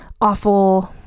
awful